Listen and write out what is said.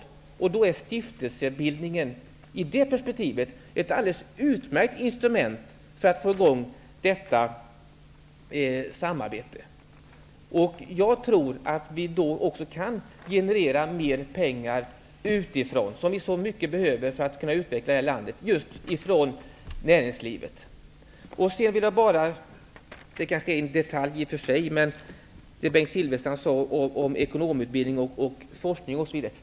I det perspektivet är stiftelsebildningen ett alldeles utmärkt instrument för att få i gång denna samverkan. Då kan man också generera mer pengar från näringslivet, som vi så väl behöver för att kunna utveckla detta land. Bengt Silfverstrand talade om ekonomutbildning och forskning.